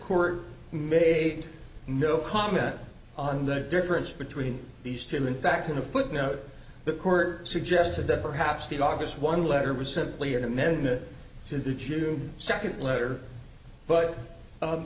court made no comment on the difference between these two in fact in a footnote the court suggested that perhaps the august one letter was simply an amendment to the june second letter but